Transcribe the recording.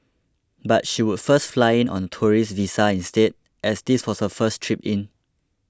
but she would first fly in on a tourist visa instead as this was her first trip in